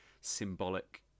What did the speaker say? symbolic